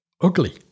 ugly